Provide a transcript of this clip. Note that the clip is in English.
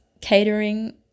catering